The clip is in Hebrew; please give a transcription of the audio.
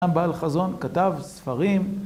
הבעל חזון כתב ספרים